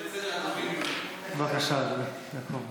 בבקשה, אדוני.